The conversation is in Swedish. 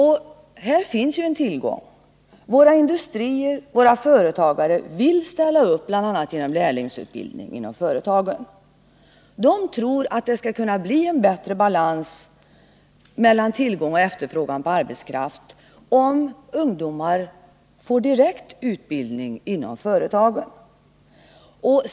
Här finns en tillgång: våra industrier och företagare vill ställa upp, bl.a. genom lärlingsutbildning inom företagen. De tror att det skall kunna bli en bättre balans mellan tillgång och efterfrågan på arbetskraft om ungdomar får direkt utbildning inom företagen.